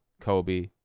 Kobe